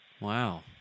Wow